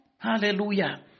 Hallelujah